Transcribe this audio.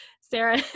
Sarah